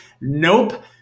nope